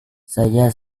saya